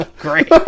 great